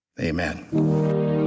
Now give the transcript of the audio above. Amen